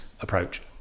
approach